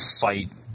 fight –